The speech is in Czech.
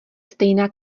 stejná